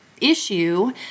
issue